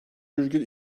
virgül